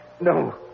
No